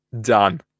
Done